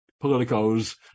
politicos